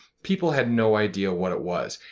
people had no idea what it was.